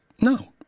no